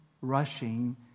rushing